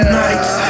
nights